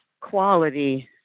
quality